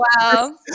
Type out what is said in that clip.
wow